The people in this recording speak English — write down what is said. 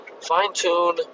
fine-tune